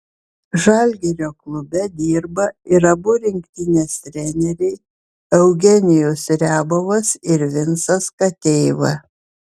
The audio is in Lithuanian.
žalgirio klube dirba ir abu rinktinės treneriai eugenijus riabovas ir vincas kateiva